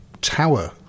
tower